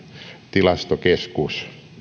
tilastokeskus